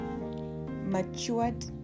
matured